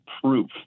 proof